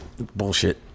bullshit